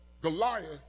Goliath